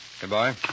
Goodbye